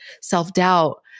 self-doubt